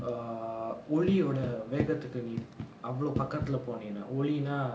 err ஒளி ஓட வேகத்துக்கு நீ அவ்ளோ பக்கத்துல போனீனா ஒளினா:oli oda vegathukku nee avlo pakkathula poneenaa olinaa